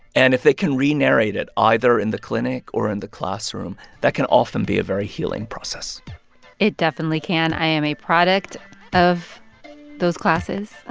and if they can re-narrate it either in the clinic or in the classroom, that can often be a very healing process it definitely can. i am a product of those classes.